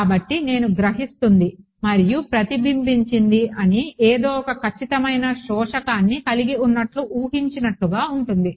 కాబట్టి నేను గ్రహిస్తుంది మరియు ప్రతిబింబించని ఏదో ఒక ఖచ్చితమైన శోషకాన్ని కలిగి ఉన్నట్లు ఊహించినట్లుగా ఉంటుంది